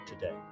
today